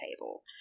table